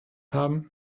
haben